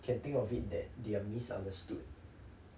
can think of it that they are misunderstood